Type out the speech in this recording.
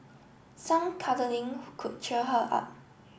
some cuddling could cheer her up